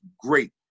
great